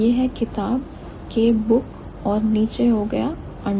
यह है किताब के book और नीचे हो जाएगा under